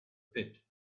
pit